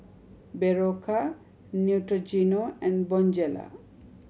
Berocca Neutrogena and Bonjela